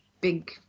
big